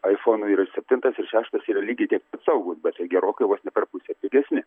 aifonų yra septintas ir šeštas yra lygiai tiek pat saugūs bet gerokai vos ne per pusę pigesni